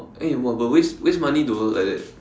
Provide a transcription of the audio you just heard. eh !wah! but waste waste money though like that